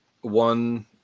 One